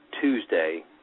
Tuesday